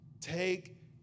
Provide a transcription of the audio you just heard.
Take